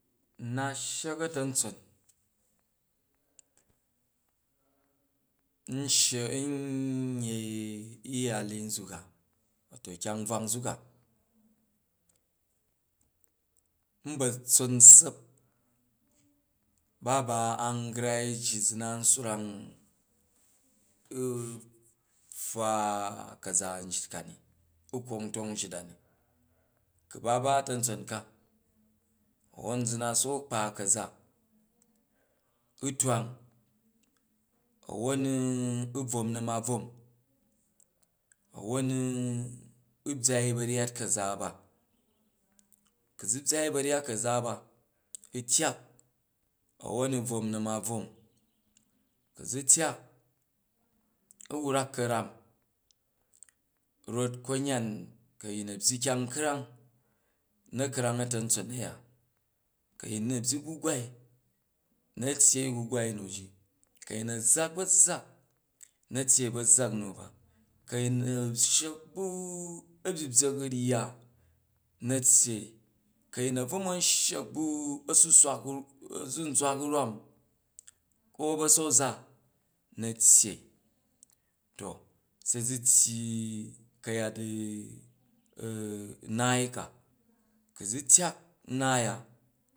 N na shek a̱ta̱ntron nshek n yai ryali nzuk a wato kyang nbrak nzuk, nba bot nsaap, baba an ghrai ji zu na swarang u̱ pfwa ka̱za nyit kani, u kok ntong njit a ni. Ku ba a̱ta̱utson ka, awon zu na sook kpa ka̱ifi u twang a̱won a bvon na̱ma̱bvom a̱won u̱ byyai ba̱ryyat ka̱za ba, ku zu̱ byyai ba̱ryyat ka̱za ba u̱ tyak, awon nbvom na̱ma̱ bvom, ku̱zu̱ tyak, u̱ wrak ka̱ram rot koyan, ku a̱yin a̱ byyi kyong krang na krang a̱ta̱ntson a̱ya, ku a̱yin a̱byyi gagwai, na tyyei gugwai nuji, ku a̱yun a zzak ba zzak, na tyyei ba̱zzak nu ba ku a̱yin a̱ sshek bu̱ a̱byebyek ryya na tyyei, ku a̱yin a̱ bvo man sshek bu̱ a̱suswak u a̱zunzwak rwam ko ba̱soza na tyyei to be zu̱ tyyi kayat naai ka, ku zu tyak naai a